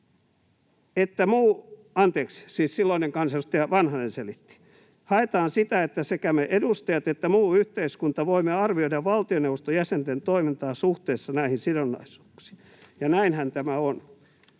Silloinen kansanedustaja Vanhanen selitti: ”Sillä haetaan sitä, että sekä me edustajat että muu yhteiskunta voimme arvioida valtioneuvoston jäsenten toimintaa suhteessa näihin sidonnaisuuksiin.” Ja näinhän tämä on.